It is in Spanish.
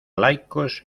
laicos